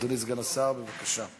אדוני סגן השר, בבקשה.